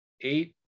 eight